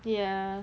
ya